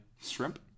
shrimp